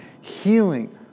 healing